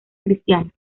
cristiana